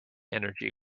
energy